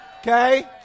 Okay